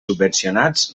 subvencionats